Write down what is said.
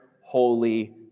holy